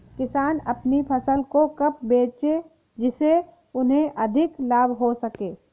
किसान अपनी फसल को कब बेचे जिसे उन्हें अधिक लाभ हो सके?